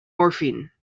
morphine